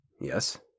Yes